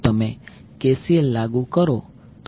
તમે KCL લાગુ કરી શકો છો